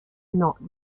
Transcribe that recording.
not